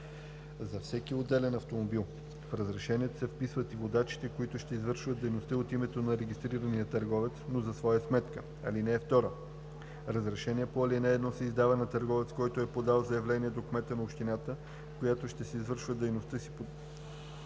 за всеки отделен автомобил. В разрешението се вписват и водачите, които ще извършват дейността от името на регистрирания търговец, но за своя сметка. (2) Разрешение по ал. 1 се издава на търговец, който е подал заявление до кмета на общината, в която ще извършва дейността си по